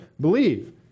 believe